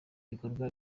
bikorwa